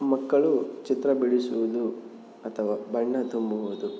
ಮಕ್ಕಳು ಚಿತ್ರ ಬಿಡಿಸುವುದು ಅಥವಾ ಬಣ್ಣ ತುಂಬುವುದು